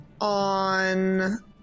on